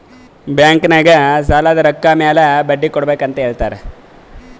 bank ನಾಗ್ ಸಾಲದ್ ರೊಕ್ಕ ಮ್ಯಾಲ ಬಡ್ಡಿ ಕೊಡ್ಬೇಕ್ ಅಂತ್ ಹೇಳ್ತಾರ್